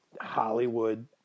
Hollywood